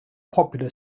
popular